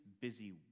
busy